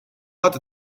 hatte